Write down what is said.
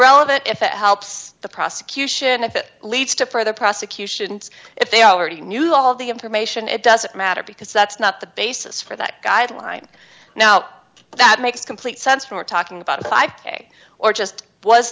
irrelevant if it helps the prosecution if it leads to further prosecutions if they already knew all the information it doesn't matter because that's not the basis for that guideline now that makes complete sense for talking about a five k or just was